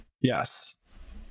Yes